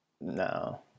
No